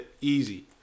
Easy